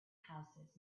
houses